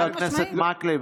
חבר הכנסת מקלב,